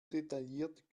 detailliert